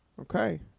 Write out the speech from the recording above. Okay